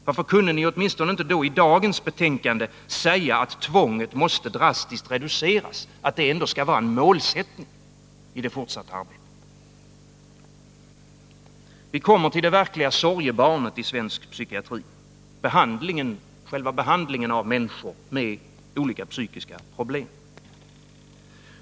Varför kunde ni åtminstone inte vid dagens behandling av föreliggande betänkande säga att tvånget måste drastiskt reduceras och att det skall vara en målsättning i det fortsatta arbetet? Så till det verkliga sorgebarnet i svensk psykiatri — själva behandlingen av människor med olika psykiska problem.